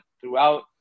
throughout